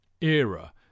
era